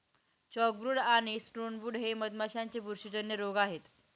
chalkbrood आणि stonebrood हे मधमाशांचे बुरशीजन्य रोग आहेत